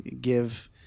give